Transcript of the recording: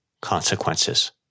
consequences